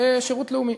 שירות לאומי.